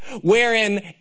wherein